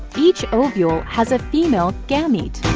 each ovule has a female gamete.